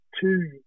two